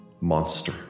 monster